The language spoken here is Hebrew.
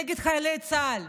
נגד חיילי צה"ל,